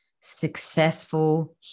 successful